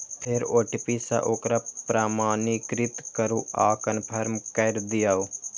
फेर ओ.टी.पी सं ओकरा प्रमाणीकृत करू आ कंफर्म कैर दियौ